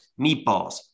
meatballs